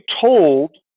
told